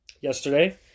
yesterday